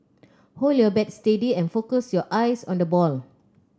hold your bat steady and focus your eyes on the ball